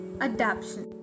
Adaption